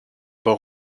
pas